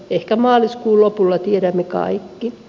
ehkä maaliskuun lopulla tiedämme kaikki